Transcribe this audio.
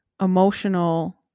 emotional